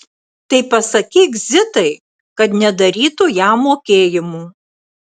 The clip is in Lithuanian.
tai pasakyk zitai kad nedarytų jam mokėjimų